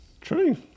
True